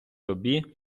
собі